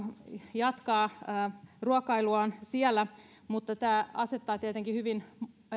jatkaa ruokailuaan siellä mutta tämä asettaa tietenkin hyvin